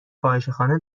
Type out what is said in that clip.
فاحشهخانه